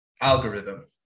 algorithm